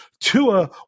Tua